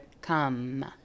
come